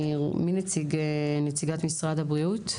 מי נציגת משרד הבריאות?